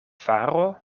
faro